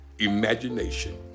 Imagination